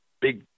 big